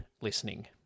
listening